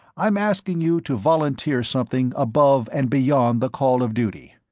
i'm asking you to volunteer something above and beyond the call of duty.